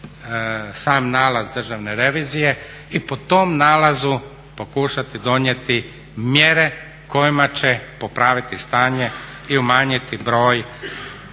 sam nalaz Državne revizije i po tom nalazu pokušati donijeti mjere kojima će popraviti stanje i umanjiti broj